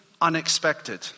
unexpected